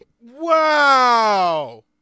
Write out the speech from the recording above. wow